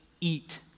eat